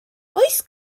oes